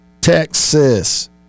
Texas